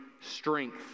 strength